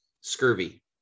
scurvy